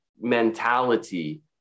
mentality